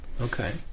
Okay